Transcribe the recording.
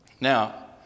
Now